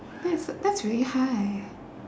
that's that's really high